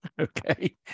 Okay